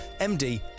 MD